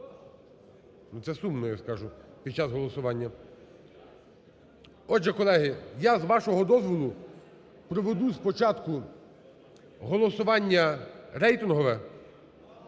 це сумно, я скажу, під час голосування. Отже, колеги, я з вашого дозволу проведу спочатку голосування рейтингове,